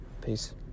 Peace